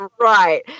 Right